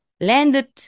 landed